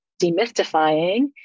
demystifying